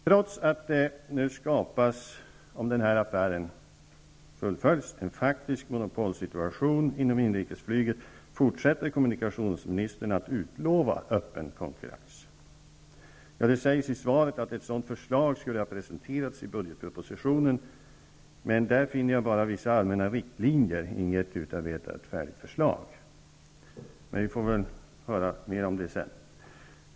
Trots att det om den här affären fullföljs skapas en faktisk monopolsituation inom inrikesflyget, fortsätter kommunikationsministern att utlova öppen konkurrens. Ja, det sägs i svaret att ett sådant förslag skulle ha presenterats i budgetpropositionen. Men där finner jag bara vissa allmänna riktlinjer -- inget utarbetat förslag. Men vi får väl höra mer om detta sedan.